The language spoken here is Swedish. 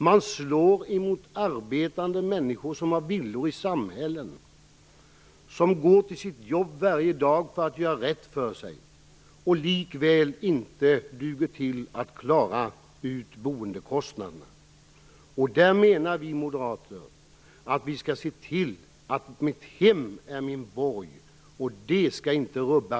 Man slår mot arbetande människor, som har villor i samhällen, som går till sina jobb varje dag för att göra rätt för sig, men som likväl inte duger till att klara boendekostnaderna. Där menar vi moderater att vi skall se till att "mitt hem är min borg", och det skall inte rubbas.